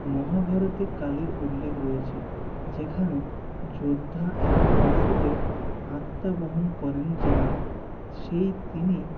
মহাভারতে কালীর উল্লেখ রয়েছে যেখানে যোদ্ধা এবং পশুদের আত্মা বহন করেন যিনি সেই তিনি